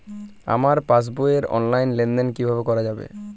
আমার পাসবই র অনলাইন লেনদেন কিভাবে করা যাবে?